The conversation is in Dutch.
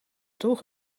droeg